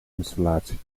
installatie